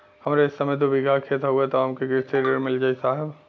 हमरे हिस्सा मे दू बिगहा खेत हउए त हमके कृषि ऋण मिल जाई साहब?